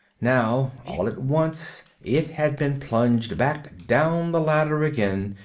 now all at once it had been plunged back down the ladder again,